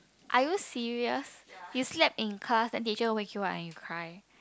are you serious you slept in class and the teacher wake you up and you cry